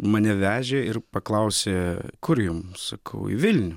mane vežė ir paklausė kur jum sakau į vilnių